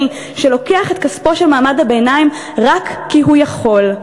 שלוקח את כספו של מעמד הביניים רק כי הוא יכול".